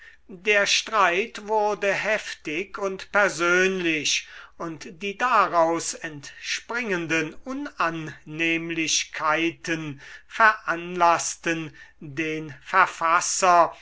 der streit wurde heftig und persönlich und die daraus entspringenden unannehmlichkeiten veranlaßten den verfasser